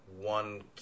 One